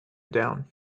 down